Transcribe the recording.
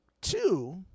two